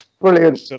brilliant